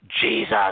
Jesus